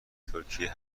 ترکیه